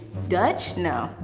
dutch, no,